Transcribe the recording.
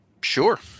Sure